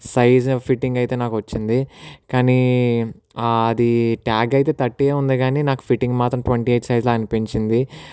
size fitting అయితే నాకు వచ్చింది కానీ అది ట్యాగ్ అయితే థర్టీయే ఉంది కానీ నాకు ఫిట్టింగ్ మాత్రం ట్వంటీ ఎయిట్ సైజులా అనిపించింది